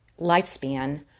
lifespan